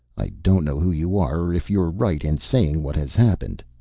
i don't know who you are or if you're right in saying what has happened,